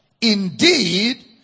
indeed